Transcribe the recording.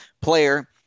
player